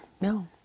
No